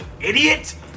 idiot